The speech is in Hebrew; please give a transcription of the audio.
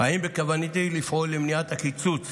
אם בכוונתי לפעול למניעת הקיצוץ